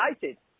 United